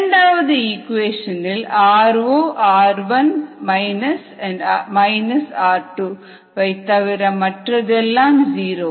இரண்டாவது இக்குவேஷன் இல் r0 r1 r2 வைத் தவிர மற்றதெல்லாம் ஜீரோ